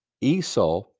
Esau